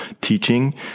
teaching